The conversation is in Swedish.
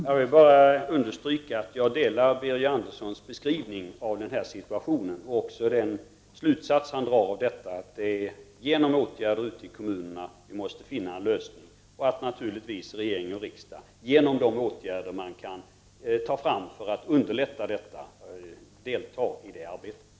Herr talman! Jag vill bara understryka att jag instämmer i Börje Anderssons beskrivning av denna situation och också i den slutsats han drar, att det är genom åtgärder ute i kommunerna som vi måste finna en lösning. Naturligtvis skall regering och riksdag bidra till att underlätta detta arbete genom att sätta in de åtgärder som är möjliga.